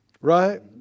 Right